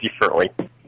differently